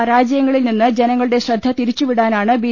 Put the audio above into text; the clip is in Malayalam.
പർാജയങ്ങളിൽനിന്ന് ജനങ്ങ ളുടെ ശ്രദ്ധ തിരിച്ചുവിടാനാണ് ബി